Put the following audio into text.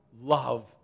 love